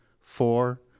four